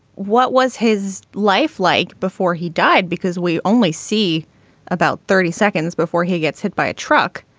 what was his life like before he died. because we only see about thirty seconds before he gets hit by a truck.